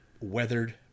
weathered